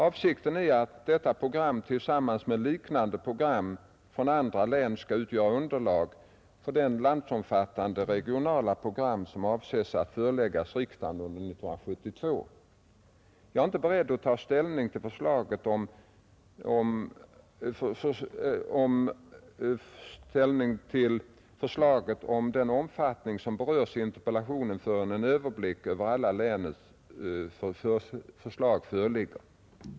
Avsikten är att detta program tillsammans med liknande program från andra län skall utgöra underlag för det landsomfattande regionala program som avses att föreläggas riksdagen under 1972. Jag är inte beredd att ta ställning till förslag av den omfattning som berörs i interpellationen förrän en överblick över alla länens förslag föreligger.